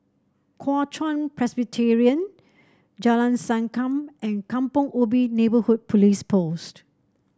Kuo Chuan Presbyterian Jalan Sankam and Kampong Ubi Neighbourhood Police Post